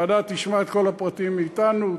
הוועדה תשמע את כל הפרטים מאתנו,